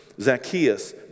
Zacchaeus